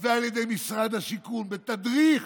ועל ידי משרד השיכון בתדריך